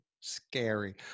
scary